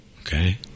okay